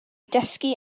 dysgu